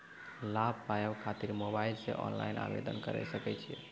लाभ पाबय खातिर मोबाइल से ऑनलाइन आवेदन करें सकय छियै?